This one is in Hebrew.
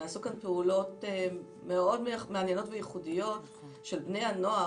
נעשו כאן פעולות מאוד מעניינות וייחודיות של בני הנוער